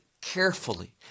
carefully